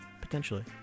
Potentially